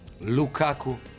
Lukaku